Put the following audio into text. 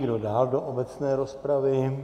Kdo dál do obecné rozpravy?